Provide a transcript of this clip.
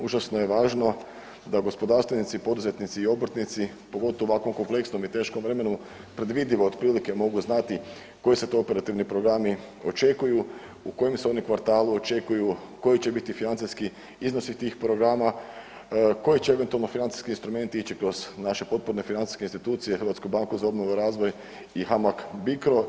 Užasno je važno da gospodarstvenici, poduzetnici i obrtnici, pogotovo u ovako kompleksnom i teškom vremenu, predvidivo otprilike mogu znati koji se to operativni programi očekuju, u kojem se oni kvartalu očekuju, koji će biti financijski iznosi tih programa, koji će eventualno financijski instrumenti ići kroz naše potporne financijske institucije, HBOR i Hamag Bicro.